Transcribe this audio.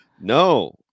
No